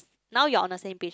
now you are on the same page